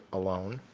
alone,